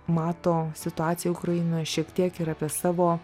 mato situaciją ukrainoje šiek tiek ir apie savo